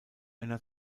einer